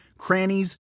crannies